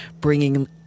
bringing